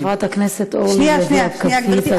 חברת הכנסת אורלי לוי אבקסיס,